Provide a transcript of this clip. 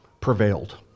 prevailed